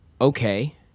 okay